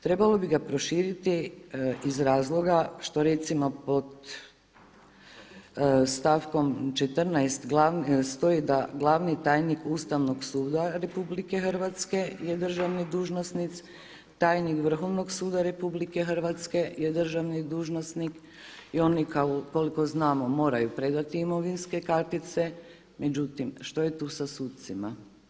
Trebalo bi ga proširiti iz razloga što recimo pod stavkom 14. stoji da glavni tajnik Ustavnog suda RH je državnik dužnosnik, tajnik Vrhovnog suda RH je državni dužnosnik i oni koliko znamo moraju predati imovinske kartice, međutim što je tu sa sucima?